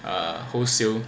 uh wholesale